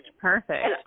perfect